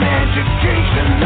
education